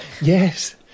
Yes